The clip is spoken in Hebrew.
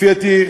לפי דעתי,